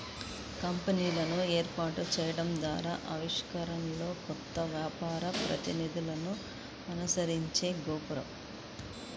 కంపెనీలను ఏర్పాటు చేయడం ద్వారా ఆవిష్కరణలు, కొత్త వ్యాపార ప్రతిపాదనలను అనుసరించే గోపురం